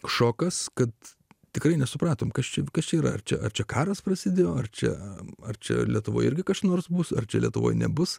šokas kad tikrai nesupratome kas čia kas čia yra arčiau ar čia karas prasidėjo ar čia ar čia lietuvoje irgi kas nors mus ar čia lietuvoje nebus